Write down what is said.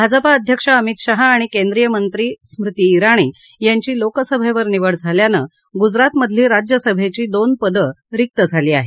भाजपा अध्यक्ष अमित शहा आणि केंद्रीय मंत्री स्मृती जिणी यांची लोकसभेवर निवड झाल्यानं गुजरातमधली राज्यसेभेची दोन पद रिक झाली आहेत